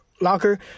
locker